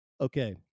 Okay